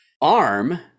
arm